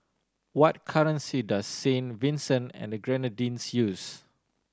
what currency does Saint Vincent and Grenadines use